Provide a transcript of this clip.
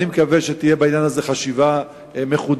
אני מקווה שתהיה בעניין הזה חשיבה מחודשת,